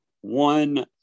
One